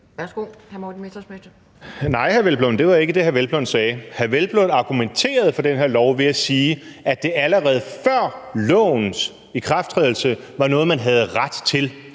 Kl. 12:53 Morten Messerschmidt (DF): Nej, hr. Peder Hvelplund, det var ikke det, hr. Peder Hvelplund sagde. Hr. Peder Hvelplund argumenterede for den her lov ved at sige, at det allerede før lovens ikrafttrædelse var noget, man havde ret til